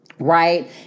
Right